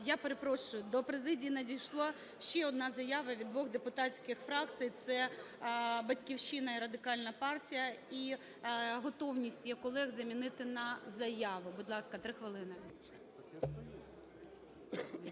я перепрошую, до президії надійшла ще одна заява від двох депутатських фракцій – це "Батьківщина" і Радикальна партія. І готовність є колег замінити на заяву. Будь ласка, 3 хвилини.